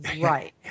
right